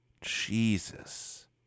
Jesus